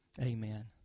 Amen